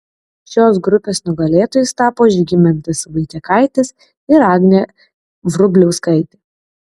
šios grupės nugalėtojais tapo žygimantas vaitiekaitis ir agnė vrubliauskaitė